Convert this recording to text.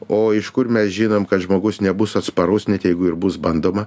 o iš kur mes žinom kad žmogus nebus atsparus net jeigu ir bus bandoma